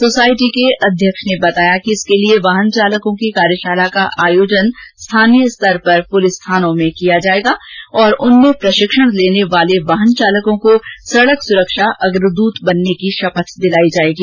society के अध्यक्ष ने बताया कि इसके लिए वाहन चालकों की कार्यशाला का आयोजन स्थानीय स्तर पर पुलिस थानो में किया जाएगा और उनमे प्रशिक्षण लेने वाले वाहन चालकों को सड़क सुरक्षा अग्रदृत बनने की शपथ दिलाई जाएगी